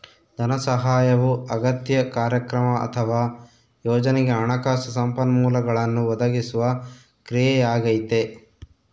ಧನಸಹಾಯವು ಅಗತ್ಯ ಕಾರ್ಯಕ್ರಮ ಅಥವಾ ಯೋಜನೆಗೆ ಹಣಕಾಸು ಸಂಪನ್ಮೂಲಗಳನ್ನು ಒದಗಿಸುವ ಕ್ರಿಯೆಯಾಗೈತೆ